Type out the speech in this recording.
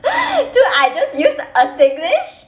dude I just used a singlish